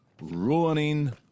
ruining